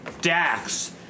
Dax